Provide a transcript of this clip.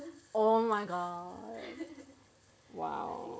oh my god !wow!